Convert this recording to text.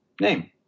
name